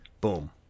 boom